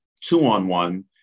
two-on-one